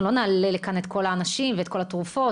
אנחנו לא נעלה לכאן את כל האנשים ואת כל התרופות,